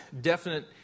definite